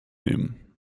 nehmen